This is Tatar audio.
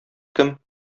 кем